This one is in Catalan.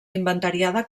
inventariada